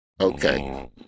Okay